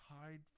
hide